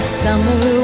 summer